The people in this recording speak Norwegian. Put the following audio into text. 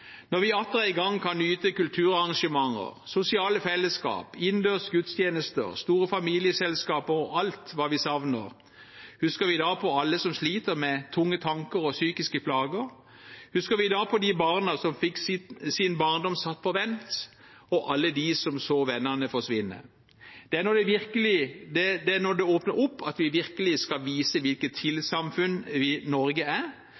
Når vi atter en gang kan nyte kulturarrangementer, sosiale fellesskap, innendørs gudstjenester, store familieselskaper og alt hva vi savner, husker vi da på alle som sliter med tunge tanker og psykiske plager? Husker vi da på de barna som fikk sin barndom satt på vent, og alle dem som så vennene forsvinne? Det er når det åpner opp at vi virkelig skal vise hvilket samfunn Norge er. Da blir det viktigere enn noen gang å vise omsorg for hverandre. Erna Solberg er